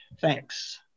Thanks